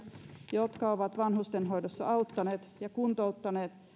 jotka ovat vanhustenhoidossa auttaneet ja kuntouttaneet